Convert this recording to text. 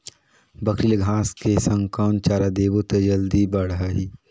बकरी ल घांस के संग कौन चारा देबो त जल्दी बढाही?